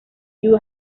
few